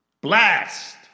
Blast